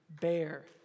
bear